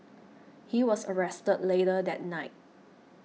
he was arrested later that night